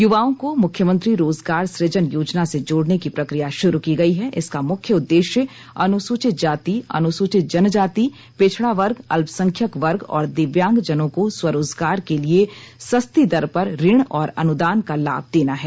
युवाओं को मुख्यमंत्री रोजगार सुजन योजना से जोड़ने की प्रक्रिया शुरू की गयी है इसका मुख्य उद्देश्य अनुसूचित जाति अनुसूचित जनजाति पिछड़ा वर्ग अल्पसंख्यक वर्ग और दिव्यांगजनों को स्वरोजगार के लिए सस्ती दर पर ऋण और अनुदान का लाभ देना है